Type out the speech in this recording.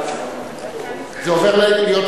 זה הפך להצעה לסדר-יום.